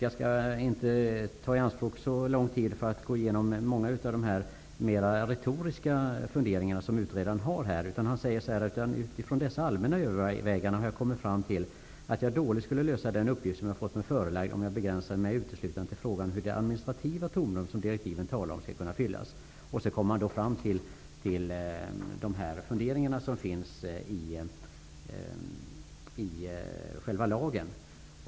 Jag skall inte ta så lång tid i anspråk för att gå igenom många av de här mera retoriska funderingarna som utredaren har. Men han skriver: ''Utifrån dessa allmänna överväganden har jag kommit fram till att jag dåligt skulle lösa den uppgift som jag har fått mig förelagd om jag begränsade mig uteslutande till frågan hur det administrativa tomrum som direktiven talar om skall kunna fyllas.'' Han kommer sedan fram till de funderingar som finns med i lagen.